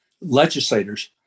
legislators